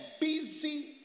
busy